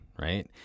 Right